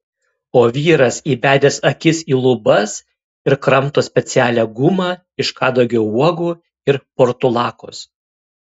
o vyras įbedęs akis į lubas ir kramto specialią gumą iš kadagio uogų ir portulakos